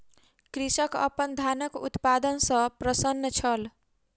कृषक अपन धानक उत्पादन सॅ प्रसन्न छल